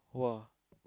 !wah!